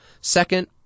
Second